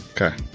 Okay